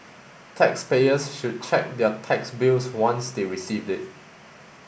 taxpayers should check their tax bills once they receive it